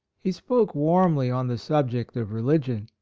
he spoke warmly on the subject of religion.